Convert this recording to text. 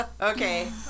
Okay